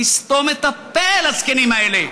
לסתום את הפה לזקנים האלה,